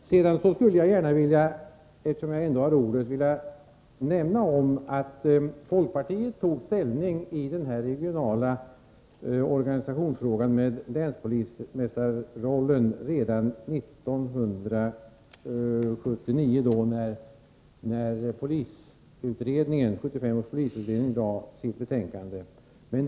Eftersom jag har ordet skulle jag också vilja nämna att folkpartiet tog ställning i frågan om länspolismästarnas roll i den regionala organisationen redan 1979, när 1975 års polisutredning lade fram sitt betänkande.